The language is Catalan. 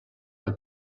que